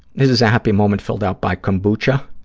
this is a happy moment filled out by kombucha,